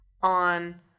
on